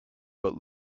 but